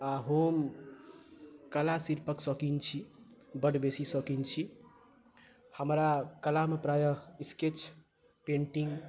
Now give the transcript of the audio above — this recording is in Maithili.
आ हम कला शिल्पक शौकीन छी बड्ड बेसी शौकीन छी हमरा कलामे प्राय स्केच पेंटिंग